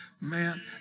Man